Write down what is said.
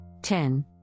10